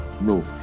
No